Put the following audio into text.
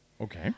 Okay